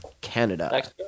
Canada